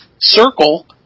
circle